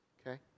okay